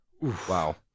Wow